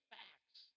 facts